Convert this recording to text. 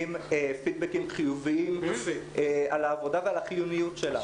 פידבקים חיוביים על העבודה ועל החיוניות שלה.